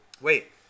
Wait